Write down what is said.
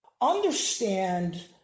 Understand